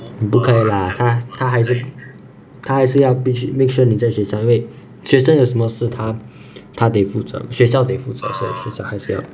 不可以啦它它还是它还是要必须 make sure 你在学校因为学生有什么事它它得负责学校得负责所以学校还是要